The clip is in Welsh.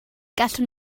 gallwn